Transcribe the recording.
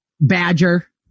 badger